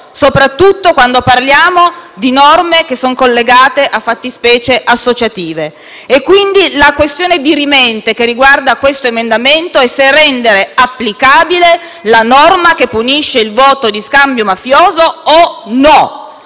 soprattutto quando parliamo di norme che sono collegate a fattispecie associative. La questione dirimente, quindi, che riguarda l'emendamento è se rendere applicabile la norma che punisce il voto di scambio mafioso o no,